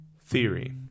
Theory